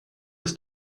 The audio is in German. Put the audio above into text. ist